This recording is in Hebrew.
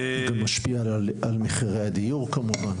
זה גם משפיע על מחירי הדיור כמובן,